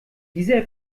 dieser